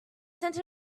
since